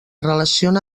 relaciona